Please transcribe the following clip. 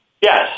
Yes